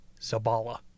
Zabala